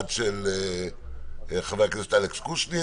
אחד של חבר הכנסת אלכס קושניר